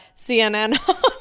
CNN